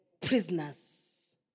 prisoners